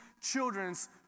children's